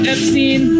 Epstein